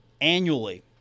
annually